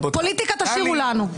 פוליטיקה תשאירו לנו.